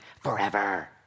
forever